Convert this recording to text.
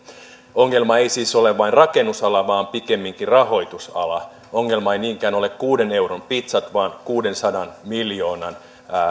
ongelma ei siis ole vain rakennusala vaan pikemminkin rahoitusala ongelma ei niinkään ole kuuden euron pitsat vaan kuudensadan miljoonan